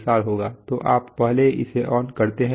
तो आप पहले इसे ऑन करते हैं जोकि a है